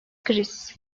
kriz